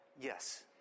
Yes